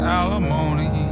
alimony